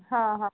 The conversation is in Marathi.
हां हां